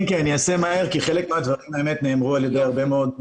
אני רוצה להתחיל קודם ולהגיד, כי גם פה הייתה לנו